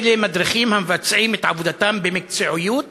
מדריכים המבצעים את עבודתם במקצועיות ובמסירות,